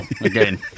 again